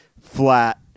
flat